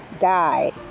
died